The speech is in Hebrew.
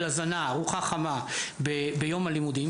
לרווחה והביטחון חברתי.